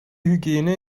hygiene